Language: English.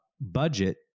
budget